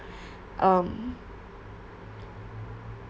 um